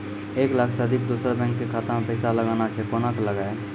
एक लाख से अधिक दोसर बैंक के खाता मे पैसा लगाना छै कोना के लगाए?